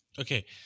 Okay